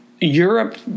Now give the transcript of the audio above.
Europe